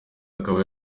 akaba